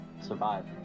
survive